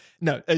No